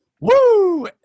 Woo